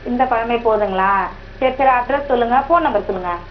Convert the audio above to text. இந்த பழமே போதும்ங்களா சரி சரி அட்ரஸ் சொல்லுங்கள் ஃபோன் நம்பர் சொல்லுங்கள்